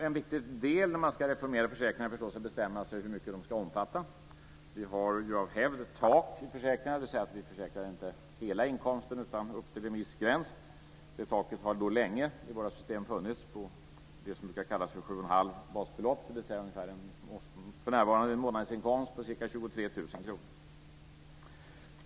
En viktig del när man ska reformera försäkringar är förstås att bestämma sig för hur mycket det ska omfatta. Av hävd har vi tak i försäkringarna, dvs. vi försäkrar inte hela inkomsten utan upp till en viss gräns. Taket i våra system har länge legat på det som vi brukar kalla för 7 1⁄2 basbelopp, dvs. för närvarande ungefär en månadsinkomst på ca 23 000 kr. Fru talman!